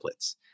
templates